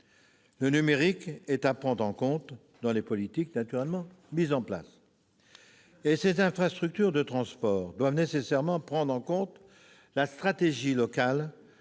naturellement à prendre en compte dans les politiques mises en place. Les infrastructures de transport doivent nécessairement prendre en compte la stratégie locale